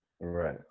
Right